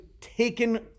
taken